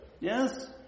Yes